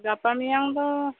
ᱜᱟᱯᱟ ᱢᱮᱭᱟᱝ ᱫᱚ